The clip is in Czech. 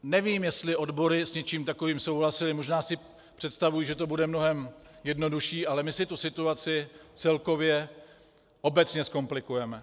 Nevím, jestli odbory s něčím takovým souhlasily, možná si představují, že to bude mnohem jednodušší, ale my si tu situaci celkově obecně zkomplikujeme.